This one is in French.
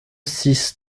six